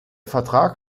vertrag